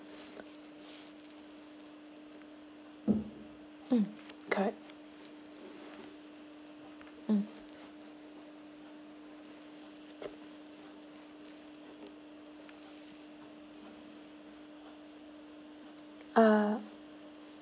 mm correct mm uh